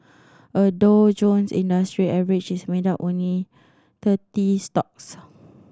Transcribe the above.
a Dow Jones Industrial Average is made up of only thirty stocks